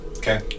Okay